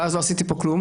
ואז לא עשיתי פה כלום,